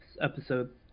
episode